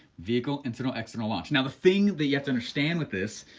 vehicle, internal, external, launch. now the thing that you have to understand with this,